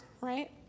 right